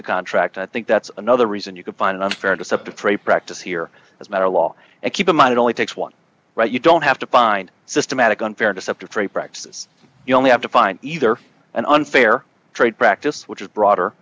the contract i think that's another reason you could find unfair deceptive trade practice here as a matter of law and keep in mind it only takes one right you don't have to find systematic unfair deceptive trade practices you only have to find either an unfair trade practices which is broader